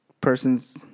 person's